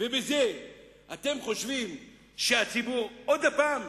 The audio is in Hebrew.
ובזה אתם חושבים שהציבור עוד פעם